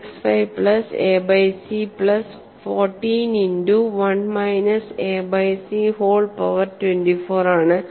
65 plus A by C plus 14 into 1 minus A by C whole power 24 ആണ്